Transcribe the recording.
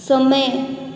समय